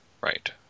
Right